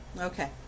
Okay